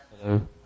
Hello